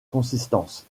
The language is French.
consistance